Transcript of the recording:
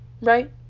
right